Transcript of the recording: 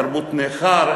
תרבות נכר,